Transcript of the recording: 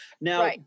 Now